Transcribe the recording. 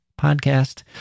podcast